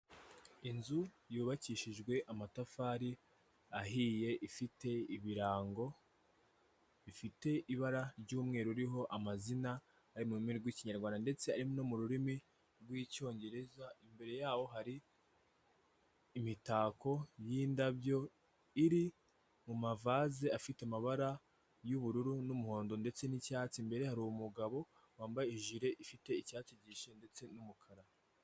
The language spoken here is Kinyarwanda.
Inzu yubakishijwe amatafari ahiye, ifite ibirango, bifite ibara ry'umweru riho amazina ari mu rurimi rw'Ikinyarwanda ndetse ari no mu rurimi rw'Icyongereza, imbere yaho hari imitako y'indabyo iri mu mavaze afite amabara y'ubururu n'umuhondo ndetse n'icyatsi, imbere ye hari umugabo wambaye ijire ifite icyatsi gihishije ndetse n'umukara.